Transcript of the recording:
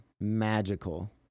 magical